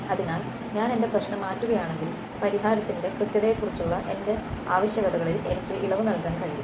അതിനാൽ ഞാൻ എന്റെ പ്രശ്നം മാറ്റുകയാണെങ്കിൽ പരിഹാരത്തിന്റെ കൃത്യതയെക്കുറിച്ചുള്ള എന്റെ ആവശ്യകതകളിൽ എനിക്ക് ഇളവ് നൽകാൻ കഴിയും